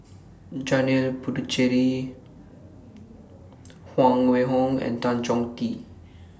Janil Puthucheary Huang Wenhong and Tan Chong Tee